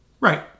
Right